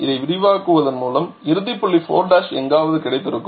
இதை விரிவாக்குவதன் மூலம் இறுதி புள்ளி 4' எங்காவது கிடைத்திருக்கும்